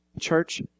Church